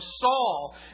Saul